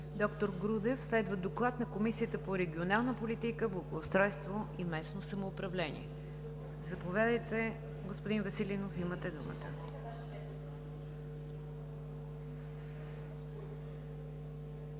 доктор Грудев. Следва Доклад на Комисията по регионална политика, благоустройство и местно самоуправление. Заповядайте, господин Веселинов, имате думата.